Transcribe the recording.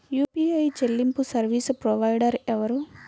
UPI చెల్లింపు service provider ఎవరు?